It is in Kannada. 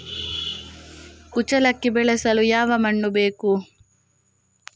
ಕುಚ್ಚಲಕ್ಕಿ ಬೆಳೆಸಲು ಯಾವ ಮಣ್ಣು ಬೇಕು?